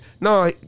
No